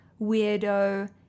Weirdo